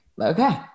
Okay